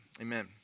amen